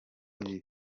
bibi